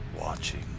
watching